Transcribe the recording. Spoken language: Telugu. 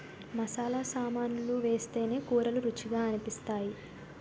మసాలా సామాన్లు వేస్తేనే కూరలు రుచిగా అనిపిస్తాయి